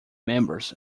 members